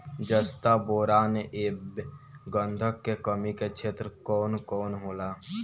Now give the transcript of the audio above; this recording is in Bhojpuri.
जस्ता बोरान ऐब गंधक के कमी के क्षेत्र कौन कौनहोला?